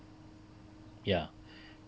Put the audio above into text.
ya